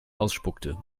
ausspuckte